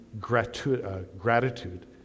gratitude